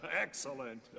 Excellent